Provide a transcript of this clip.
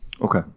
Okay